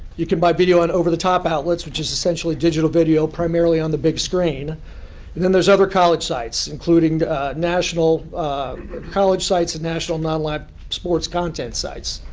you can buy video in over-the-top outlets, which is essentially digital video primarily on the big screen. and then, there's other college sites, including national college sites and national non-live sports content sites.